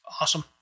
Awesome